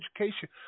education